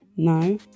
no